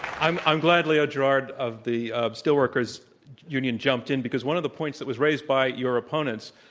i'm i'm glad leo gerard of the steelworkers union jumped in because one of the points that was raised by your opponents,